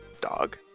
Dog